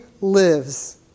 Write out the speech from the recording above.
lives